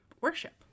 worship